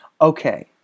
Okay